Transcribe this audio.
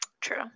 True